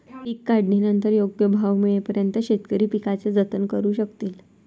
पीक काढणीनंतर योग्य भाव मिळेपर्यंत शेतकरी पिकाचे जतन करू शकतील